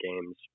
games